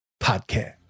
Podcast